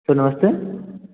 sir नमस्ते